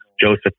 Joseph